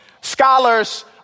Scholars